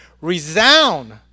resound